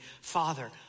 Father